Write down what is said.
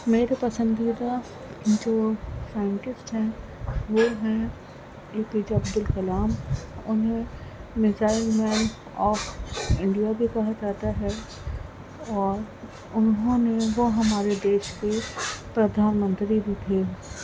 میرے پسندیدہ جو سائنٹسٹ ہیں وہ ہیں اے پی جے عبدالکلام انہیں میزائل مین اور جو ہے کہ کہا جاتا ہے اور انہوں نے وہ ہمارے دیش کے پردھان منتری بھی تھے